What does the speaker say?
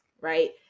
right